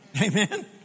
Amen